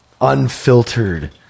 unfiltered